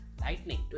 lightning